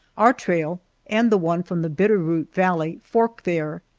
our trail and the one from the bitter root valley fork there.